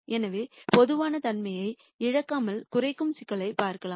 எனவே பொதுவான தன்மையை இழக்காமல் குறைக்கும் சிக்கல்களைப் பார்க்கலாம்